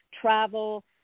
travel